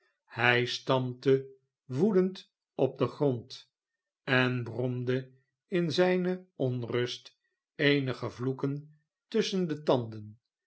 hij stampte woedend op den grond en bromde in zijne onrust eenige vloeken tusschen de tanden